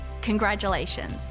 congratulations